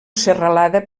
serralada